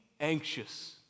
anxious